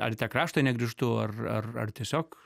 ar į tą kraštą negrįžtų ar ar ar tiesiog